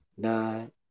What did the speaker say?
nine